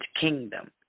kingdom